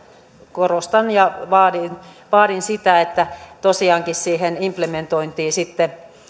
korostan ja vaadin vaadin sitä että tosiaankin siihen implementointiin sitten